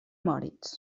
moritz